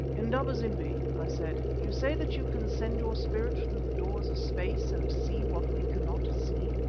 indaba-zimbi, i said, you say that you can send your spirit through the doors of space and see what we cannot see.